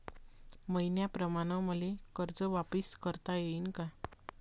मईन्याप्रमाणं मले कर्ज वापिस करता येईन का?